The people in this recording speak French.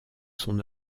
son